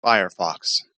firefox